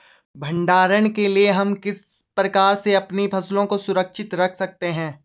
भंडारण के लिए हम किस प्रकार से अपनी फसलों को सुरक्षित रख सकते हैं?